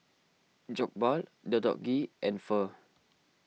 Jokbal Deodeok Gui and Pho